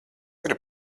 grib